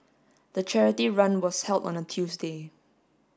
the charity run was held on a Tuesday